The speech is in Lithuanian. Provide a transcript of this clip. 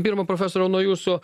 pirma profesoriau nuo jūsų